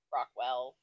Rockwell